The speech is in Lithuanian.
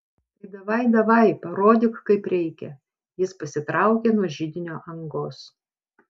tai davaj davaj parodyk kaip reikia jis pasitraukė nuo židinio angos